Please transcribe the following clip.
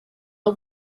aho